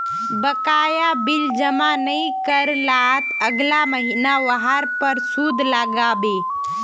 बकाया बिल जमा नइ कर लात अगला महिना वहार पर सूद लाग बे